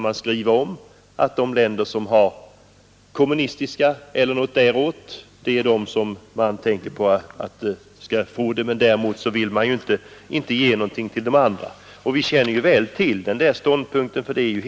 Man vill ge hjälp åt länder med kommunistisk regim men inte åt andra länder. Vi känner väl till den ståndpunkten.